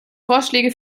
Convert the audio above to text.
vorschläge